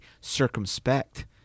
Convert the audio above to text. circumspect